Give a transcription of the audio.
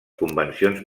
convencions